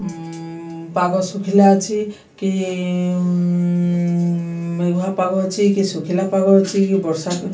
ପାଗ ଶୁଖିଲା ଅଛି କି ମେଘୁଆ ପାଗ ଅଛି କି ଶୁଖିଲା ପାଗ ଅଛି କି ବର୍ଷା